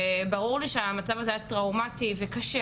ברור לי שהמצב הזה היה טראומטי וקשה,